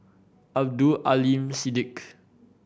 Abdul Aleem Siddique